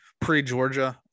pre-Georgia